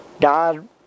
God